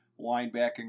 linebacking